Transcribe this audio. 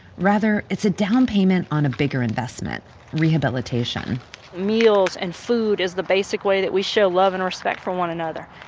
rather, it's a down payment on a bigger investment rehabilitation meals and food is the basic way that we show love and respect for one another,